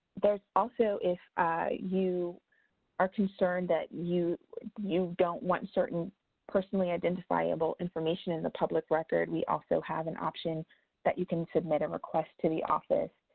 there is also if you are concerned that you you don't want certain personally identifiable information in the public record, we also have an option that you can submit a request to the office.